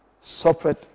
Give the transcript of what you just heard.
suffered